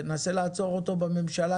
תנסה לעצור אותו קודם בממשלה,